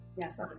Yes